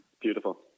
Beautiful